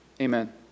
Amen